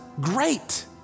great